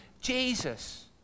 Jesus